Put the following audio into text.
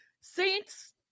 Saints